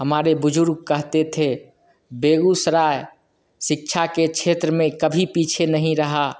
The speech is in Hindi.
हमारे बुजुर्ग कहते थे बेगूसराय शिक्षा के क्षेत्र में कभी पीछे नहीं रहा